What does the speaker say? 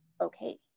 okay